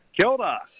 Kilda